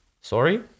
sorry